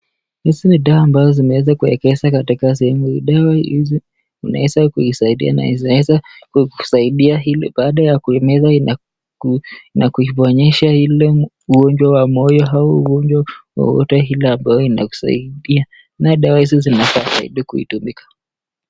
Hizi ni dawa ambazo zimeweza kuegezwa katika sehemu hii, dawa hizi inaweza kusaidia na inaweza kusaidia ili baada kuimeza na kuiponyesha ile ugonjwa wa moyo au ugonjwa wowote hii dawa labda inaweza saidia nao dawa hizi zinafaa zaidi kuitumika.